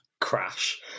crash